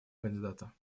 кандидата